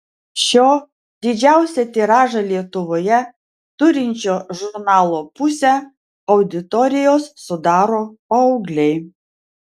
šio didžiausią tiražą lietuvoje turinčio žurnalo pusę auditorijos sudaro paaugliai